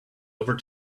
over